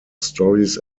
stories